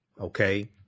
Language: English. Okay